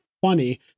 funny